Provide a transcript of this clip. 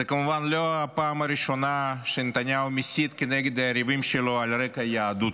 זו כמובן לא הפעם הראשונה שנתניהו מסית כנגד היריבים שלו על רקע היהדות.